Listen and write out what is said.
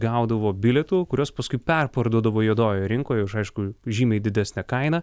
gaudavo bilietų kuriuos paskui perparduodavo juodojoje rinkoje už aišku žymiai didesnę kainą